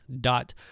dot